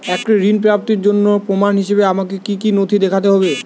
একটি ঋণ প্রাপ্তির জন্য প্রমাণ হিসাবে আমাকে কী কী নথি দেখাতে হবে?